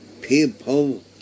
people